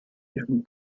ihren